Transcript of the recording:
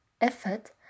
effort